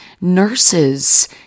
nurses